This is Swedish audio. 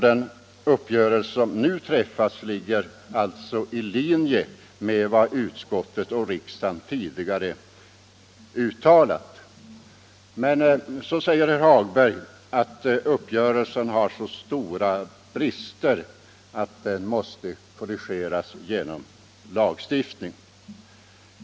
Den uppgörelse som nu träffats ligger alltså i linje med vad utskottet och riksdagen tidigare uttalat. Men så säger herr Hagberg att uppgörelsen har så stora brister att den måste korrigeras genom lagstiftning.